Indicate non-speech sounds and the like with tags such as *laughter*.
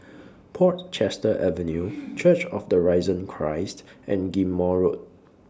Portchester Avenue *noise* Church of The Risen Christ and Ghim Moh Road